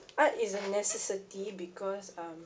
art is a necessity because um